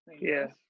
Yes